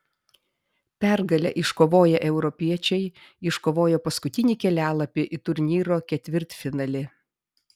pergalę iškovoję europiečiai iškovojo paskutinį kelialapį į turnyro ketvirtfinalį